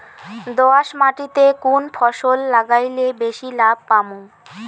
দোয়াস মাটিতে কুন ফসল লাগাইলে বেশি লাভ পামু?